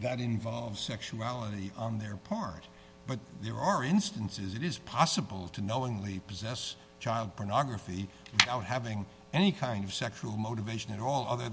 that involves sexuality on their part but there are instances it is possible to knowingly possess child pornography now having any kind of sexual motivation at all other